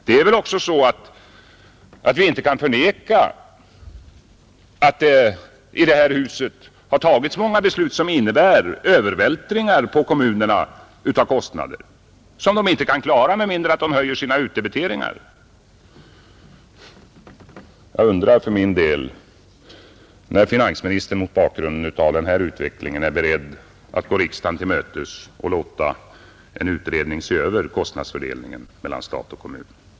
Det är väl också så att vi inte kan förneka att det i detta hus tagits många beslut som innebär övervältringar på kommunerna av kostnader som de inte kan klara med mindre än att de höjer sina utdebiteringar. Jag undrar för min del när finansministern mot bakgrunden av denna utveckling är beredd att gå riksdagen till mötes och låta en utredning se över kostnadsfördelningen mellan stat och kommun.